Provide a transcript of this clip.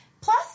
Plus